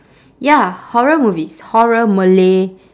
ya horror movies horror malay